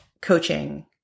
coaching